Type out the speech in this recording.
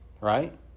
right